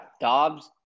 Dobbs